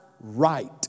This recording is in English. right